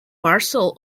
parcel